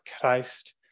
Christ